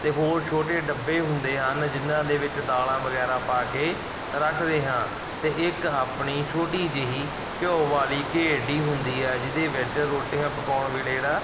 ਅਤੇ ਹੋਰ ਛੋਟੇ ਡੱਬੇ ਹੁੰਦੇ ਹਨ ਜਿਹਨਾਂ ਦੇ ਵਿੱਚ ਦਾਲਾਂ ਵਗੈਰਾ ਪਾ ਕੇ ਰੱਖਦੇ ਹਾਂ ਅਤੇ ਇੱਕ ਆਪਣੀ ਛੋਟੀ ਜਿਹੀ ਘਿਓ ਵਾਲੀ ਘੇਰੜੀ ਹੁੰਦੀ ਹੈ ਜਿਹਦੇ ਵਿੱਚ ਰੋਟੀਆਂ ਪਕਾਉਣ ਵੇਲੇ ਜਿਹੜਾ